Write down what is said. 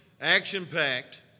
action-packed